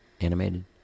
animated